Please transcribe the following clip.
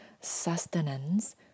sustenance